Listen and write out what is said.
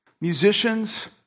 musicians